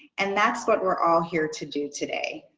and that's what we're all here to do today.